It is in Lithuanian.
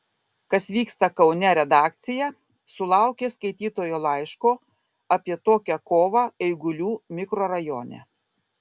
kas vyksta kaune redakcija sulaukė skaitytojo laiško apie tokią kovą eigulių mikrorajone